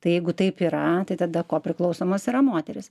tai jeigu taip yra tai tada kopriklausomas yra moterys